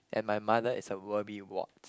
and my mother is a worrywart